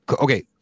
okay